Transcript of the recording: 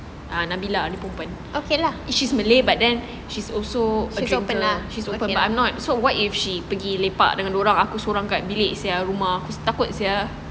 nabila ada perempuan she is malay but then she also a drinker she's open I'm not so what if she pergi lepak dengan dia orang aku seorang kat bilik saya rumah aku takut sia